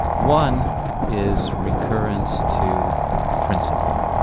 one is recurrence to principle.